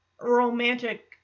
romantic